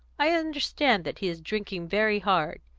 i understand that he is drinking very hard.